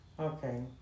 Okay